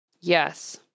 Yes